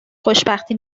خوشبختی